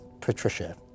Patricia